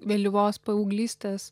vėlyvos paauglystės